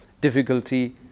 difficulty